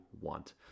want